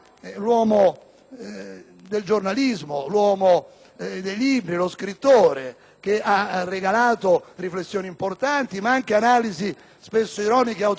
del giornalismo, l'uomo dei libri, lo scrittore che ha regalato riflessioni importanti ma anche analisi spesso ironiche ed autoironiche, anche della vita